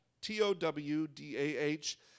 T-O-W-D-A-H